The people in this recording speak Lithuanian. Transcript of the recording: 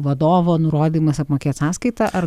vadovo nurodymas apmokėt sąskaitą ar